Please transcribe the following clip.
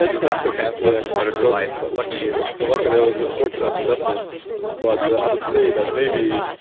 ah disaster pants wasn't a part of your life, lucky you so luckily i was fortunate in that sense but i would say that maybe,